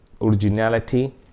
originality